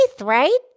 right